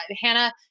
Hannah